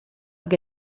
que